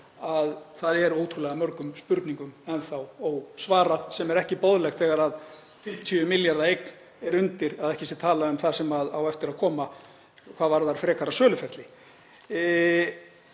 að það sé ótrúlega mörgum spurningum enn þá ósvarað sem er ekki boðlegt þegar 50 milljarða eign er undir, að ekki sé talað um það sem á eftir að koma hvað varðar frekara söluferli.